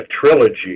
trilogy